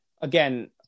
again